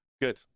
Good